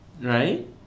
right